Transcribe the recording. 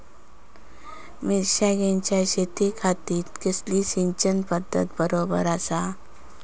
मिर्षागेंच्या शेतीखाती कसली सिंचन पध्दत बरोबर आसा?